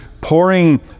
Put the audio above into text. pouring